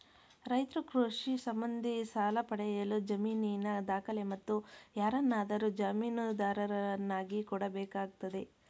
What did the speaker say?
ರೈತ್ರು ಕೃಷಿ ಸಂಬಂಧಿ ಸಾಲ ಪಡೆಯಲು ಜಮೀನಿನ ದಾಖಲೆ, ಮತ್ತು ಯಾರನ್ನಾದರೂ ಜಾಮೀನುದಾರರನ್ನಾಗಿ ಕೊಡಬೇಕಾಗ್ತದೆ